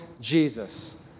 Jesus